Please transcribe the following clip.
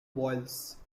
boils